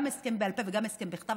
גם הסכם בעל פה וגם הסכם בכתב,